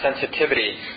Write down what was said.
sensitivity